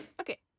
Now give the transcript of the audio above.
Okay